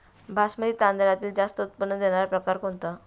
बासमती तांदळातील जास्त उत्पन्न देणारा प्रकार कोणता?